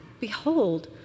behold